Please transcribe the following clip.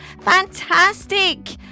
fantastic